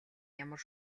ямар